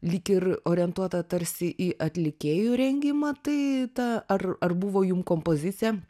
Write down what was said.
lyg ir orientuota tarsi į atlikėjų rengimą tai ta ar ar buvo jum kompozicija